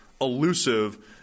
elusive